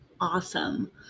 awesome